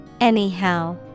Anyhow